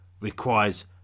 requires